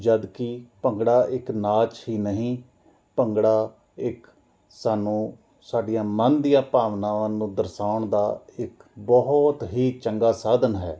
ਜਦੋਂ ਕਿ ਭੰਗੜਾ ਇੱਕ ਨਾਚ ਹੀ ਨਹੀਂ ਭੰਗੜਾ ਇੱਕ ਸਾਨੂੰ ਸਾਡੀਆਂ ਮਨ ਦੀਆਂ ਭਾਵਨਾਵਾਂ ਨੂੰ ਦਰਸਾਉਣ ਦਾ ਇੱਕ ਬਹੁਤ ਹੀ ਚੰਗਾ ਸਾਧਨ ਹੈ